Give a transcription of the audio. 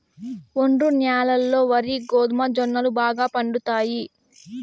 ఒండ్రు న్యాలల్లో వరి, గోధుమ, జొన్నలు బాగా పండుతాయి